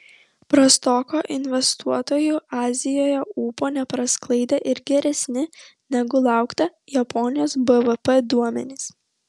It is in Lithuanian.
prastoko investuotojų azijoje ūpo neprasklaidė ir geresni negu laukta japonijos bvp duomenys